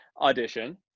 audition